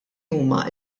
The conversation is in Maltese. huma